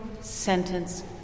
sentence